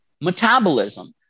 metabolism